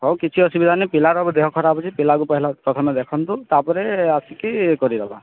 ହଉ କିଛି ଅସୁବିଧା ନାଇଁ ପିଲାର ଏବେ ଦେହ ଖରାପ ଅଛି ପିଲାକୁ ପହିଲା ପ୍ରଥମେ ଦେଖନ୍ତୁ ତା'ପରେ ଆସିକି ୟେ କରିଦେବା